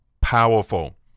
powerful